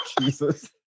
Jesus